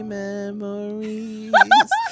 memories